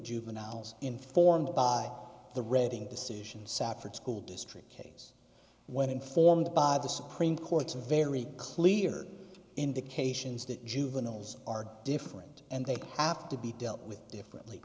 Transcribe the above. juveniles informed by the reading decisions sat for school district cases when informed by the supreme court's very clear indications that juveniles are different and they are apt to be dealt with differently